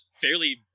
fairly